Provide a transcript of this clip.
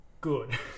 good